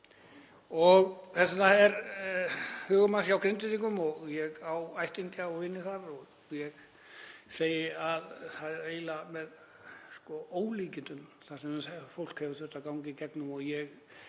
Þess vegna er hugur manns hjá Grindvíkingum og ég á ættingja og vini þar og ég segi að það er eiginlega með ólíkindum það sem fólk hefur þurft að ganga í gegnum, ég